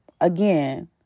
again